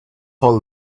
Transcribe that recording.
all